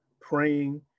praying